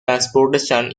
transportation